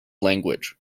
language